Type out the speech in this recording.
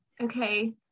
okay